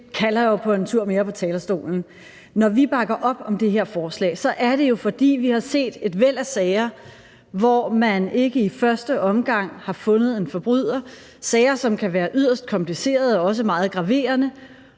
kalder jo på en tur mere på talerstolen. Når vi bakker op om det her forslag, er det jo, fordi vi har set et væld af sager, hvor man ikke i første omgang har fundet en forbryder, sager, som kan være yderst komplicerede og også meget graverende,